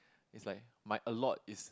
it's like my a lot is